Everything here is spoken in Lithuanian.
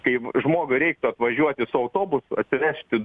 kaip žmogui reiktų atvažiuoti su autobusu atsivežti